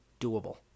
doable